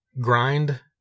Grind